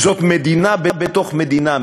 זו מדינה בתוך מדינה,